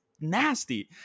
nasty